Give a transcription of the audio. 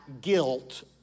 guilt